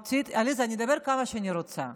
עליזה, אני אדבר כמה שאני רוצה.